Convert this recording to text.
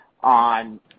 on